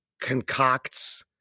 concocts